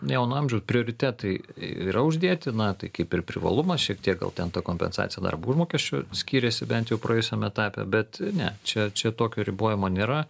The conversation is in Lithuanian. jauno amžiaus prioritetai yra uždėti na tai kaip ir privalumas šiek tiek gal ten ta kompensacija darbo užmokesčio skiriasi bent jau praėjusiam etape bet ne čia čia tokio ribojimo nėra